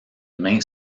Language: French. main